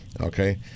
okay